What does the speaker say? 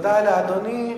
תודה לאדוני.